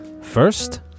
First